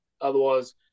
Otherwise